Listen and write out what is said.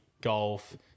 golf